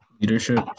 Leadership